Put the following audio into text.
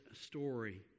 story